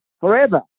forever